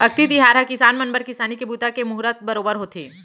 अक्ती तिहार ह किसान मन बर किसानी के बूता के मुहरत बरोबर होथे